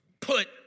put